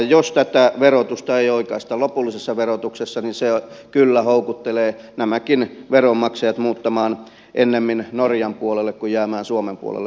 jos tätä verotusta ei oikaista lopullisessa verotuksessa niin se kyllä houkuttelee nämäkin veronmaksajat muuttamaan ennemmin norjan puolelle kuin jäämään suomen puolelle asumaan